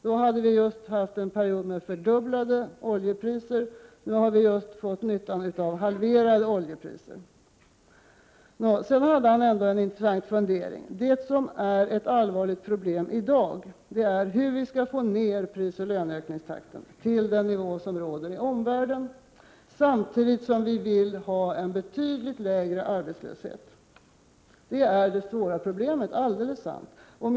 Då hade vi just haft en period med fördubblade oljepriser, nu har vi just fått nyttan av halverade oljepriser. Sedan hade han ändå en intressant fundering: Det som är ett allvarligt problem i dag är hur vi skall få ner prisoch löneökningstakten till den nivå som råder i omvärlden, samtidigt som vi vill ha betydligt lägre arbetslöshet. Det är alldeles sant att detta är det svåra problemet.